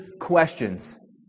questions